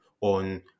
on